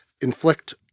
inflict